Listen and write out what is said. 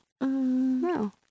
No